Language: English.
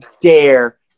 dare